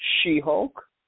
She-Hulk